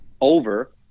over